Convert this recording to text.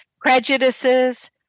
prejudices